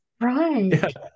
right